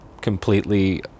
completely